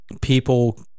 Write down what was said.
people